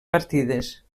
partides